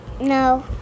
No